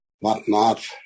whatnot